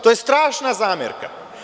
To je strašna zamerka.